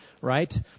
right